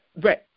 Right